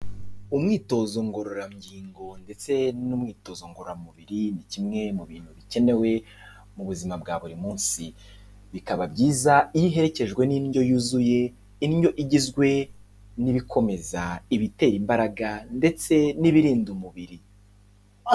Umwitozo ngororangingo ndetse n'umwitozo ngororamubiri ni kimwe mu bintu bikenewe mu buzima bwa buri munsi, bikaba byiza iyo iherekejwe n'indyo yuzuye, indyo igizwe n'ibikomeza, ibitera, imbaraga ndetse n'ibirinda umubiri.